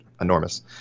enormous